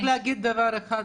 רק להגיד דבר אחד,